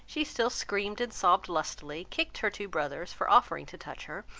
she still screamed and sobbed lustily, kicked her two brothers for offering to touch her,